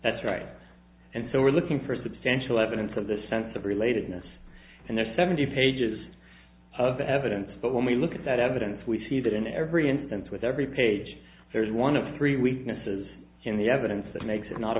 that's right and so we're looking for substantial evidence of the sense of relatedness and there are seventy pages of evidence but when we look at that evidence we see that in every instance with every page there's one of three weaknesses in the evidence that makes it not